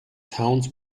towns